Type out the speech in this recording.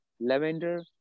lavender